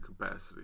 capacity